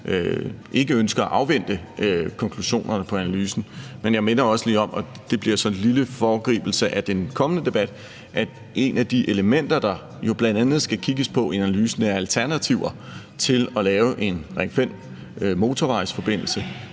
ikke ønsker at afvente konklusionerne på analysen. Men jeg minder også lige om – og det bliver så en lille foregribelse af den kommende debat – at et af de elementer, der jo bl.a. skal kigges på i analysen, er alternativer til at lave en Ring 5-motorvejsforbindelse.